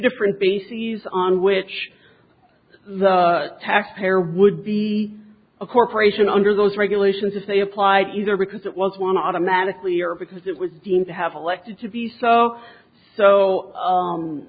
different bases on which the taxpayer would be a corporation under those regulations if they applied either because it was one automatically or because it was deemed to have elected to be so so